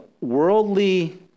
worldly